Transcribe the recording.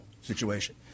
situation